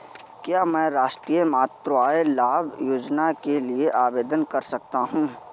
क्या मैं राष्ट्रीय मातृत्व लाभ योजना के लिए आवेदन कर सकता हूँ?